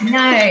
no